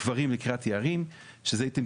קברים לקריית יערים שזה ייתן פתרון,